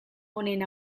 honen